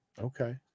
Okay